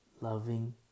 loving